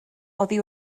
oddi